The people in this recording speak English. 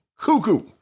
cuckoo